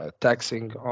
taxing